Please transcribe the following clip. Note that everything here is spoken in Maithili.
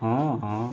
हँ हँ